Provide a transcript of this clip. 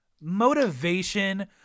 motivation